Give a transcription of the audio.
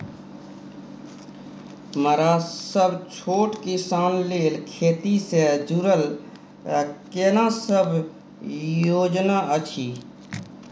मरा सब छोट किसान लेल खेती से जुरल केना सब योजना अछि?